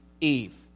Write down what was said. Eve